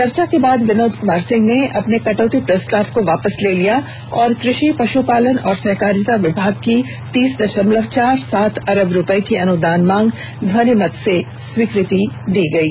चर्चा के बाद विनोद कमार सिंह ने अपने कटौती प्रस्ताव को वापस ले लिया और कृषि पश्पालन एवं सहकारिता विभाग की तीस दषमलव चार सात अरब रुपये की अनुदान मांग को ध्वनि मत से स्वीकृति प्रदान कर दी गयी